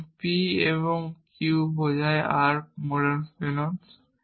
কারণ p এবং q বোঝায় r মোডাস পোনেন্স